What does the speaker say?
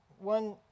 one